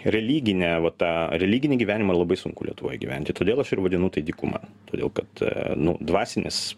religinę va tą religinį gyvenimą labai sunku lietuvoje gyventi todėl aš ir vadinu tai dykuma todėl kad nu dvasinis